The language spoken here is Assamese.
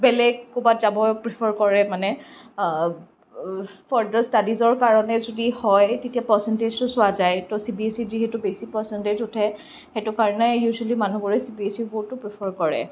বেলেগ ক'ৰবাত যাব প্ৰিফাৰ কৰে মানে ফাৰ্ডাৰ স্টাডীজৰ কাৰণে যদি হয় তেতিয়া পাৰ্চেণ্টেজটো চোৱা যায় ত' চিবিএছইত যিহেতু বেছি পাৰ্চেণ্টজ উঠে সেইটো কাৰণে ইউজুৱেলী মানুহবোৰে চিবিএছই বোৰ্ডটো প্ৰিফাৰ কৰে